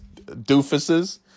doofuses